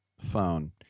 phone